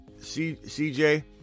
CJ